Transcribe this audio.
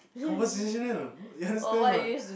conversational you understand a not